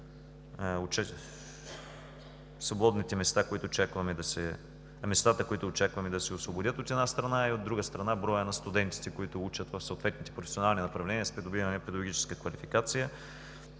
местата, които очакваме да се освободят, от една страна, и, от друга страна, броя на студентите, които учат в съответните професионални направления с придобиване на педагогическа квалификация.